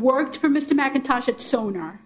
work for mr mackintosh its owner